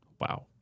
wow